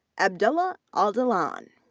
abdullah aldalaan,